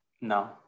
No